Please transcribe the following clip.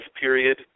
period